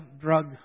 drug